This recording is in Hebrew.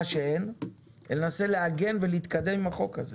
שאין אלא ננסה לעגן ולהתקדם עם החוק הזה.